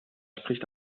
spricht